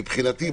מבחינתי,